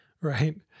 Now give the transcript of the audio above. right